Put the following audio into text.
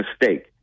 mistake